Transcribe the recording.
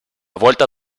volta